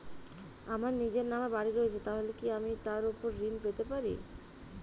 আমার নিজের নামে বাড়ী রয়েছে তাহলে কি আমি তার ওপর ঋণ পেতে পারি?